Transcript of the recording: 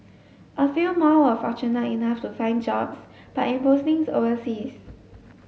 a few more were fortunate enough to find jobs but in postings overseas